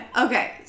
Okay